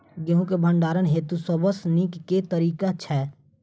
गेंहूँ केँ भण्डारण हेतु सबसँ नीक केँ तरीका छै?